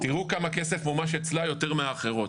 תיראו כמה כסף מומש אצלה יותר מהאחרות,